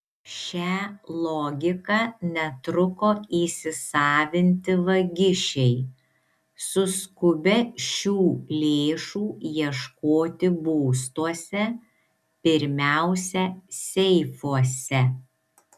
šią logiką netruko įsisavinti vagišiai suskubę šių lėšų ieškoti būstuose pirmiausia seifuose